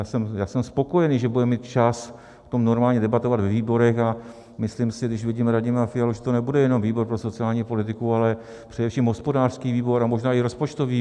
Já jsem spokojený, že budeme mít čas o tom normálně debatovat ve výborech, a myslím si, že když vidím Radima Fialu, že to nebude jenom výbor pro sociální politiku, ale především hospodářský výbor a možná i rozpočtový výbor.